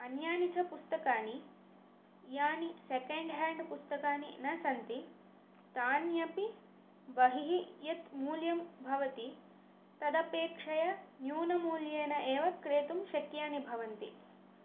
अन्यानि च पुस्तकानि यानि सेकेण्ड् हेण्ड् पुस्तकानि न सन्ति तान्यपि बहिः यत् मूल्यं भवति तदपेक्षया न्यूनमूल्येन एव क्रेतुं शक्यानि भवन्ति